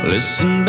Listen